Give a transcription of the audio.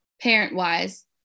parent-wise